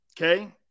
okay